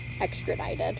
extradited